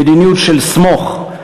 למדיניות של "סמוך".